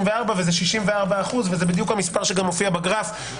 וזה 64%. זה בדיוק המספר שגם מופיע בגרף.